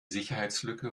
sicherheitslücke